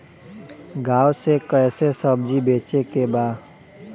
गांव से कैसे सब्जी बेचे के बा?